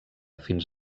fins